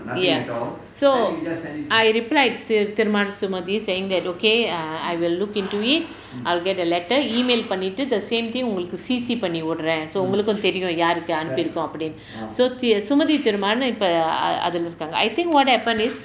ya so I replied to thirumaaran sumathi saying that okay err I will look into it I'll get a letter email பண்ணிட்டு:pannittu the same thing உங்களுக்கு:ungalukku C_C பண்ணிவிடுறேன்:pannividuren so உங்களுக்கும் தெரியும் யாருக்கு அனுப்பி இருக்கோம் அப்படின்னு:ungalukku theriyum yaarukku anuppi irukkom appadinnu so thir~ sumathi thirumaaran இப்ப அது அது இருக்காங்க:ippa athua thu irukkaanga I think what happen is